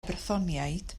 brythoniaid